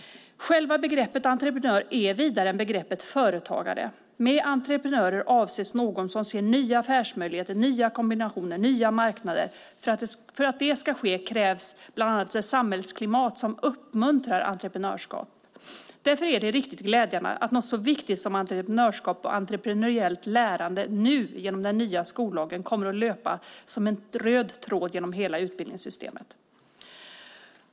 Själva begreppet entreprenör är vidare än begreppet företagare. En entreprenör avser någon som ser nya affärsmöjligheter, nya kombinationer och nya marknader. För att detta ska ske krävs bland annat ett samhällsklimat som uppmuntrar entreprenörskap. Därför är det glädjande att något så viktigt som entreprenörskap och entreprenöriellt lärande i och med den nya skollagen kommer att löpa som en röd tråd genom hela utbildningssystemet.